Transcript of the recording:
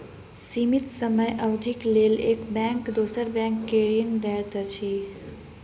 सीमित समय अवधिक लेल एक बैंक दोसर बैंक के ऋण दैत अछि